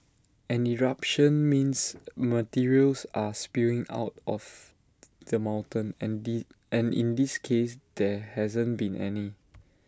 an eruption means materials are spewing out of the mountain and in and in this case there hasn't been any